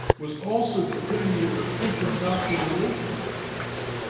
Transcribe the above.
was also the epitome of the patient-doctor relationship in medicine.